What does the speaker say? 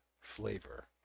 flavor